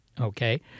okay